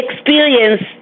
experience